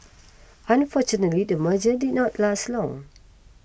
unfortunately the merger did not last long